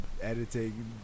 editing